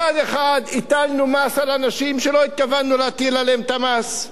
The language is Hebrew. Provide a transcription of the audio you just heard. מצד אחד הטלנו מס על אנשים שלא התכוונו להטיל עליהם את המס,